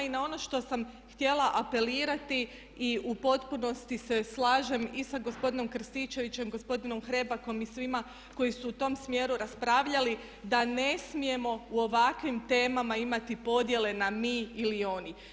I na ono što sam htjela apelirati i u potpunosti se slažem i sa gospodinom Krstičevićem, gospodinom Hrebakom i svima koji su u tom smjeru raspravljali da ne smijemo u ovakvim temama imati podjele na mi ili oni.